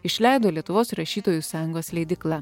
išleido lietuvos rašytojų sąjungos leidykla